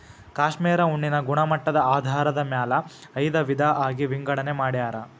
cashmere ಉಣ್ಣೆನ ಗುಣಮಟ್ಟದ ಆಧಾರದ ಮ್ಯಾಲ ಐದ ವಿಧಾ ಆಗಿ ವಿಂಗಡನೆ ಮಾಡ್ಯಾರ